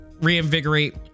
reinvigorate